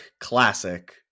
classic